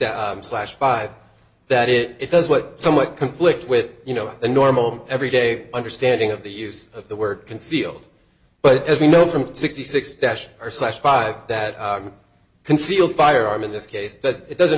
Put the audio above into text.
slash five that it does what somewhat conflict with you know the normal everyday understanding of the use of the word concealed but as we know from sixty six dash or slash five that concealed firearm in this case does it doesn't